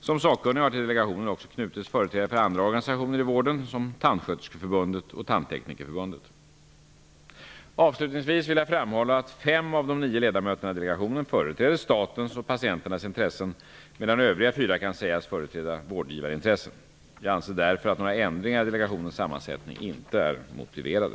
Som sakkunniga har till delegationen också knutits företrädare för andra organisationer i vården som Avslutningsvis vill jag framhålla att fem av de nio ledamöterna i delegationen företräder statens och patienternas intressen, medan övriga fyra kan sägas företräda vårdgivarintressen. Jag anser därför att några ändringar i delegationens sammansättning inte är motiverade.